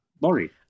Laurie